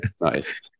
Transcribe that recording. Nice